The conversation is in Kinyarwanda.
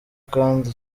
kandi